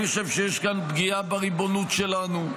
אני חושב שיש כאן פגיעה בריבונות שלנו,